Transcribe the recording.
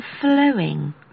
flowing